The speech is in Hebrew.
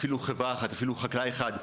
אפילו חברה אחת ואפילו חקלאי אחד,